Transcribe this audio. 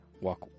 Walk